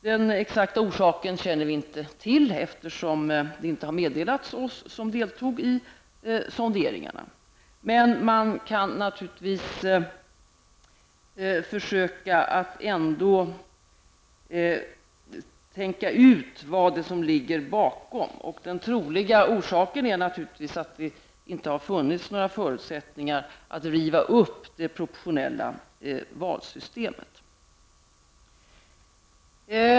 Den exakta orsaken känner vi inte till, eftersom den inte har meddelats oss som deltog i sonderingarna. Men man kan ändå försöka tänka ut vad det är som ligger bakom, och den troliga orsaken är naturligtvis att det inte har funnits några förutsättningar att riva upp det proportionella valsystemet.